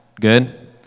Good